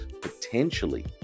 potentially